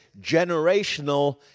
generational